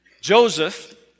Joseph